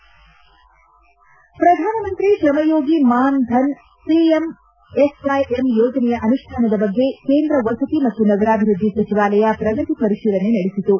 ಶ್ರಧಾನ Mantri Shram Yogi Maan Dhan P M S Y M ಯೋಜನೆಯ ಅನುಷ್ಠಾನದ ಬಗ್ಗೆ ಕೇಂದ್ರ ವಸತಿ ಮತ್ತು ನಗರಾಭಿವೃದ್ದಿ ಸಚಿವಾಲಯ ಶ್ರಗತಿ ಪರಿಶೀಲನೆ ನಡೆಸಿತು